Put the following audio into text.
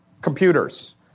computers